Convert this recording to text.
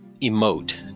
emote